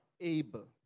able